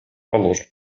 положено